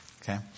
Okay